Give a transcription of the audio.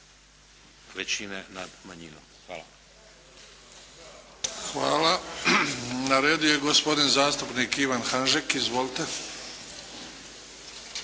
većine nad manjinom. Hvala. **Bebić, Luka (HDZ)** Hvala. Na redu je gospodin zastupnik Ivan Hanžek. Izvolite.